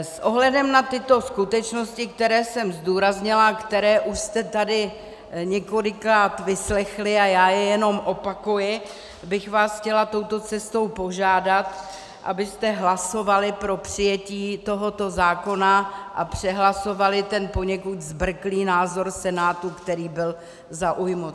S ohledem na tyto skutečnosti, které jsem zdůraznila a které už jste tady několikrát vyslechli, a já je jenom opakuji, bych vás chtěla touto cestou požádat, abyste hlasovali pro přijetí tohoto zákona a přehlasovali ten poněkud zbrklý názor Senátu, který byl zaujat.